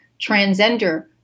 transgender